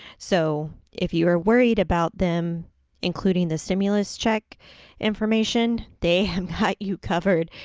so, if you are worried about them including the stimulus check information, they have got you covered,